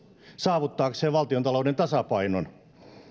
saavuttaakseen valtiontalouden tasapainon